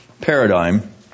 paradigm